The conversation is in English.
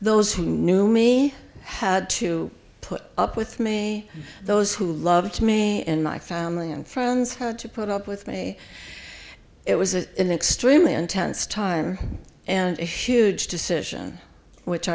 those who knew me had to put up with me those who loved me and my family and friends had to put up with me it was a an extremely intense time and a huge decision which